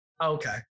Okay